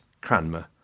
Cranmer